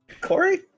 Corey